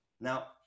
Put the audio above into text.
Now